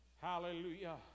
Hallelujah